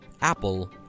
Apple